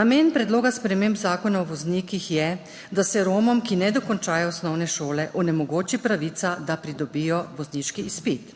Namen predloga sprememb Zakona o voznikih je, da se Romom, ki ne dokončajo osnovne šole, onemogoči pravica, da pridobijo vozniški izpit.